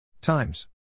times